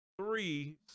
Three